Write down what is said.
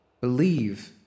Believe